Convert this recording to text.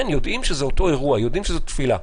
כן, יודעים שזה אותו אירוע, יודעים שזאת תפילה.